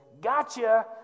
gotcha